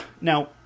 Now